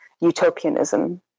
utopianism